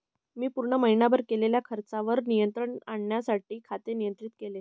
मी पूर्ण महीनाभर केलेल्या खर्चावर नियंत्रण आणण्यासाठी खाते नियंत्रित केले